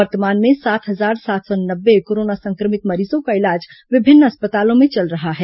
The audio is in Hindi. वर्तमान में सात हजार सात सौ नब्बे कोरोना संक्रमित मरीजों का इलाज विभिन्न अस्पतालों में चल रहा है